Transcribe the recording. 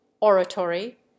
oratory